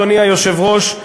אדוני היושב-ראש,